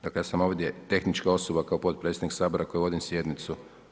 Dakle, ja sam ovdje tehnička osoba kao potpredsjednik Sabora koji vodim sjednicu.